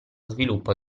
sviluppo